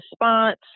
response